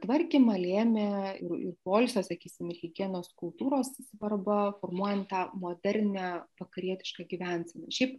tvarkymą lėmė ir ir poilsio sakysim ir higienos kultūros svarba formuojant tą modernią vakarietišką gyvenseną šiaip